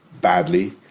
badly